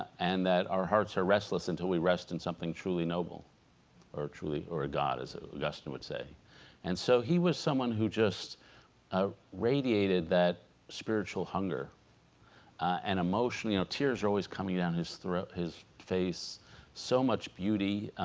and that our hearts are restless until we rest in something truly noble or truly or a god as dustin would say and so he was someone who just ah radiated that spiritual hunger and emotionally no ah tears are always coming down his throat his face so much beauty